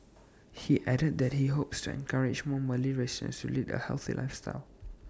he added that he hopes to encourage more Malay residents to lead A healthy lifestyle